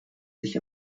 sich